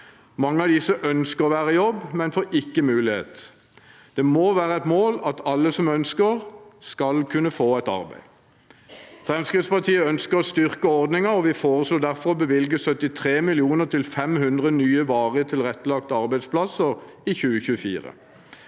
Mange av disse ønsker å være i jobb, men får ikke mulighet. Det må være et mål at alle som ønsker, skal kunne få arbeid. Fremskrittspartiet ønsker å styrke ordningen, og vi foreslår derfor å bevilge 73 mill. kr til 500 nye varig tilrettelagte arbeidsplasser i 2024.